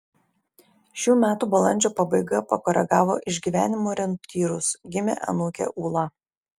šių metų balandžio pabaiga pakoregavo išgyvenimų orientyrus gimė anūkė ūla